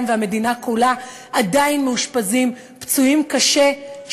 והמדינה כולה עדיין מאושפזים פצועים קשה,